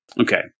Okay